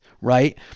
right